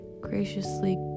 graciously